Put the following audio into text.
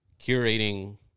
curating